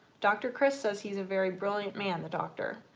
dr. kris says he's a very brilliant man, the doctor.